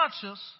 conscious